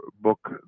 book